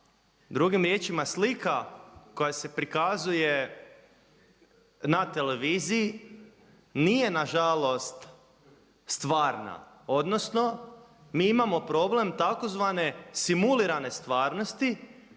Drugim riječima slika koja se prikazuje na televiziji nije na žalost stvarna, odnosno mi imamo problem tzv. simulirane stvarnosti